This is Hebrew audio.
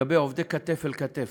לגבי עובדי כתף אל כתף,